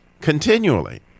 continually